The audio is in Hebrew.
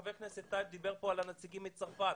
חבר הכנסת טייב דיבר כאן על הנציגים מצרפת.